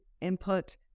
input